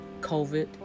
COVID